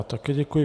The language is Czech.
Také děkuji.